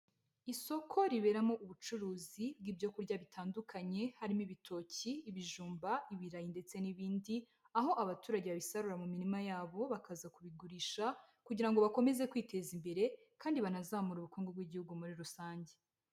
Isoko riberamo ubucuruzi bw'ibyo kurya bitandukanye harimo ibitoki, ibijumba, ibirayi ndetse n'ibindi, aho abaturage babisarura mu mirima yabo bakaza kubigurisha kugira ngo bakomeze kwiteza imbere kandi banazamure ubukungu bw'igihugu muri rusange.